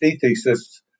thesis